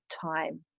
time